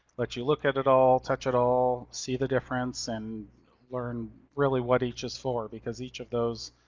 let you look at it all, touch it all, see the difference. and learn really what each is for because each of those